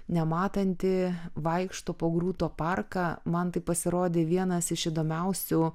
nematanti vaikšto po grūto parką man tai pasirodė vienas iš įdomiausių